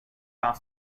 while